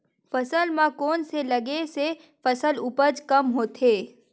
फसल म कोन से लगे से फसल उपज कम होथे?